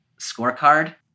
scorecard